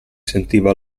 sentiva